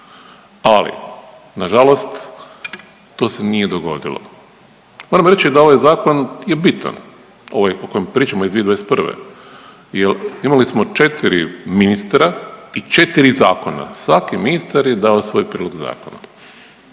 Ali, nažalost to se nije dogodilo. Moram reći da ovaj zakon je bitan. Ovaj, o kojem pričamo, iz 2021. jer imali smo 4 ministra i 4 zakona, svaki ministar je dao svoj prilog zakona.